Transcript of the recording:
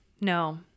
No